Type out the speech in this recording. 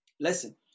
Listen